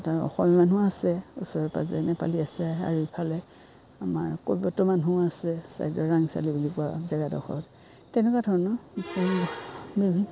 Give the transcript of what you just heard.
অসমীয়া মানুহ আছে ওচৰে পাঁজৰে নেপালী আছে আৰু এইফালে আমাৰ কৈবৰ্ত্য মানুহ আছে তেনেকুৱা ধৰণৰ